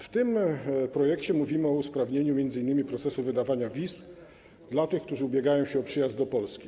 W tym projekcie mówimy o usprawnieniu m.in. procesu wydawania wiz dla tych, którzy starają się o przyjazd do Polski.